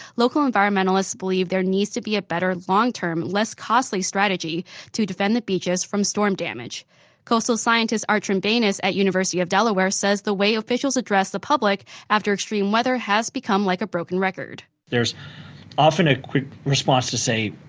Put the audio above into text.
local environmentalists believe there needs to be a better long-term, less costly strategy to defend the beaches from storm damage coastal scientist art trembanis at the university of delaware said the way officials address the public after extreme weather has become like a broken record there's often a quick response to say,